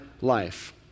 life